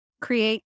create